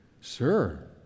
Sir